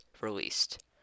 released